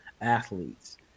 athletes